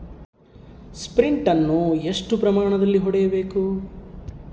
Sprint ಅನ್ನು ಎಷ್ಟು ಪ್ರಮಾಣದಲ್ಲಿ ಹೊಡೆಯಬೇಕು?